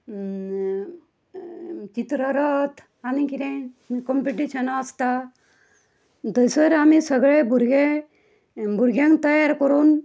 चित्ररथ आनी कितें कोम्पिटिशनां आसता थंयसर आमी सगळे भुरगे भुरग्यांक तयार करून